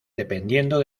dependiendo